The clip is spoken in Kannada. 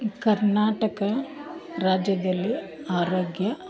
ಕರ್ನಾಟಕ ರಾಜ್ಯದಲ್ಲಿ ಆರೋಗ್ಯ